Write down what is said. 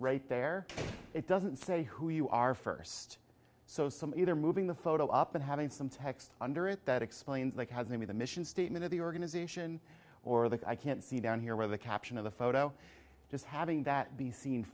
right there it doesn't say who you are first so some either moving the photo up and having some text under it that explains that has maybe the mission statement of the organization or that i can't see down here where the caption of the photo just having that be seen